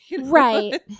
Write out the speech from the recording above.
Right